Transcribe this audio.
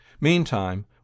meantime